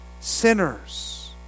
sinners